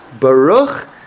Baruch